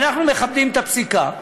אנחנו מכבדים את הפסיקה,